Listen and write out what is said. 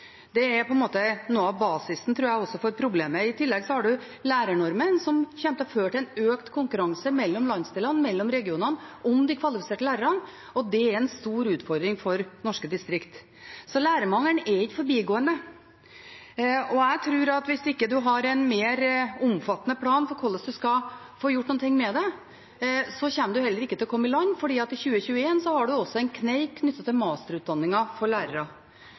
Det er på en måte noe av basisen – tror jeg – for problemet. I tillegg har man lærernormen, som kommer til å føre til økt konkurranse mellom landsdelene, mellom regionene, om de kvalifiserte lærerne, og det er en stor utfordring for norske distrikt. Så lærermangelen er ikke forbigående. Jeg tror at hvis man ikke har en mer omfattende plan for hvordan man skal få gjort noe med det, så kommer man heller ikke til å komme i land, for i 2021 har man også en kneik knyttet til masterutdanningen for lærere.